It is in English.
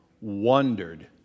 wondered